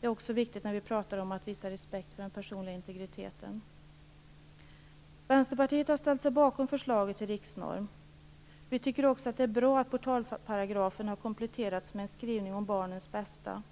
Det är också viktigt när vi pratar om att visa respekt för den personliga integriteten. Vänsterpartiet har ställt sig bakom förslaget till riksnorm. Vi tycker också att det är bra att portalparagrafen har kompletterats med en skrivning om barnens bästa.